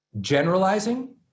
generalizing